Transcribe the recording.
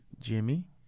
Jimmy